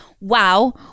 wow